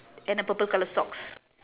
and a purple colour socks